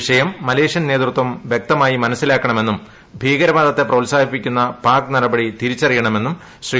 വിഷയം മലേഷ്യൻ നേതൃത്വം വൃക്തമായി മനസ്സിലാക്കണമെന്നും ഭീകരവാദത്ത് ്രോത്സാഹിപ്പിക്കുന്ന പാക് നടപടി തിരിച്ചറിയണമെന്നും ശ്രീ